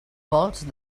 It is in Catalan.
vols